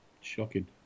shocking